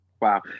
Wow